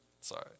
sorry